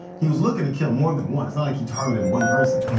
he was looking to kill more than one. it's not like he targeted one person.